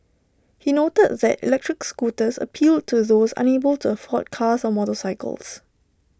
he noted that electric scooters appealed to those unable to afford cars or motorcycles